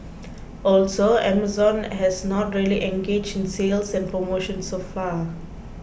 also Amazon has not really engaged in sales and promotions so far